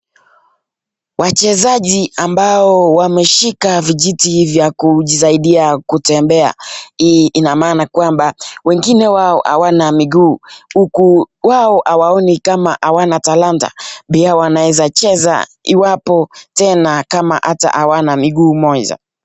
Wachezaji ambao wameshika vijiti vya kujisaidia kutembea, hii ina maana kwamba wengine wao hawana miguu huku wao hawaoni kama hawana talanta pia wanaezacheza iwapo tena hata kama hawana miguu moja.